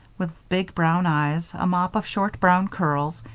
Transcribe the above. with big brown eyes, a mop of short brown curls,